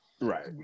right